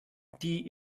die